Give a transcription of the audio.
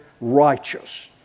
righteous